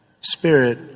spirit